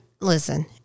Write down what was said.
Listen